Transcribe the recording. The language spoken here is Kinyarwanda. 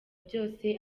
byose